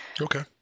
Okay